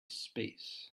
space